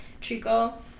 treacle